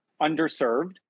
underserved